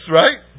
right